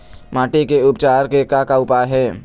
माटी के उपचार के का का उपाय हे?